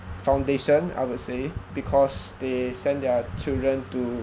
foundation I would say because they send their children to